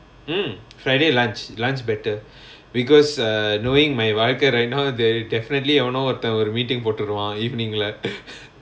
mm friday lunch lunch better because err knowing my வாழ்க:vazhlka right now they definitely எவனோ ஒருத்தன் ஒரு:evano oruthan oru meeting போட்டுருவா:poturuvaa evening lah